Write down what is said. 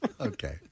Okay